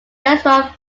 restaurant